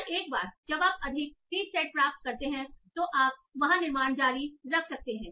और एक बार जब आप अधिक सीड सेट प्राप्त करते हैं तो आप वहां निर्माण जारी रख सकते हैं